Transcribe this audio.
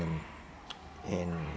in in